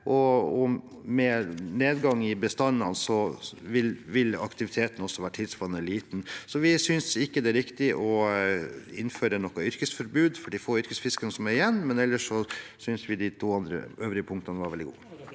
og med nedgang i bestandene vil aktiviteten også være tilsvarende liten. Så vi synes ikke det er riktig å innføre noe yrkesforbud for de få yrkesfiskerne som er igjen, men ellers synes vi de øvrige punktene var veldig gode.